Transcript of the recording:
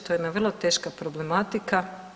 To je jedna vrlo teška problematika.